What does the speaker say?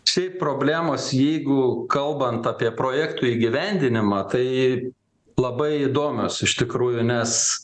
šiaip problemos jeigu kalbant apie projektų įgyvendinimą tai labai įdomios iš tikrųjų nes